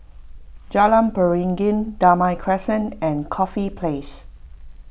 Jalan Beringin Damai Crescent and Corfe Place